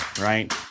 right